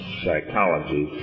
psychology